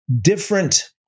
different